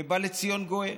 ובא לציון גואל.